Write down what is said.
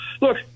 Look